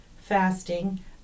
fasting